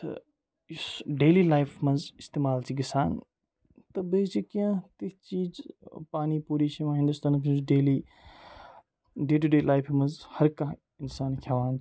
تہٕ یُس ڈیلی لایفہِ منٛز اِستعمال چھِ گَژھان تہٕ بیٚیہِ چھِ کیٚنٛہہ تِتھۍ چیٖز پانی پوٗری چھِ یِوان ہِندُستانَس منٛز ڈیلی ڈے ٹُو ڈے لایفہِ منٛز ہرکانٛہہ اِنسان کھیٚوان چھِ